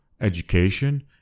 education